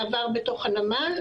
מעבר בתוך הנמל,